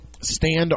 stand